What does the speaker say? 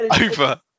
over